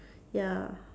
ya